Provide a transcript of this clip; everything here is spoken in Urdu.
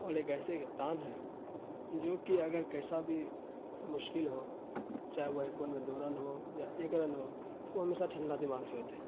اور ایک ایسے کپتان ہیں جو کہ اگر کیسا بھی مشکل ہو چاہے وہ ایک بال میں دو رن ہو یا ایک رن ہو وہ ہمیشہ ٹھنڈا دماغ سے ہوتے ہیں